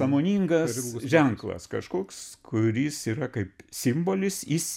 sąmoningas ženklas kažkoks kuris yra kaip simbolis jis